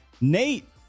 Nate